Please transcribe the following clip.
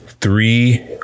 three